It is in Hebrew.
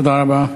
תודה רבה.